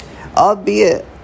Albeit